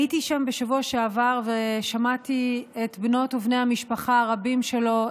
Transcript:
הייתי שם בשבוע שעבר ושמעתי את בנות ובני המשפחה הרבים שלו,